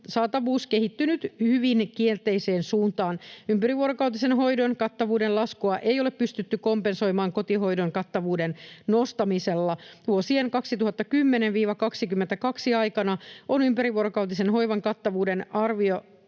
saatavuus kehittynyt hyvin kielteiseen suuntaan. Ympärivuorokautisen hoidon kattavuuden laskua ei ole pystytty kompensoimaan kotihoidon kattavuuden nostamisella. Vuosien 2010—2022 aikana on ympärivuorokautisen hoivan kattavuuden arvioitu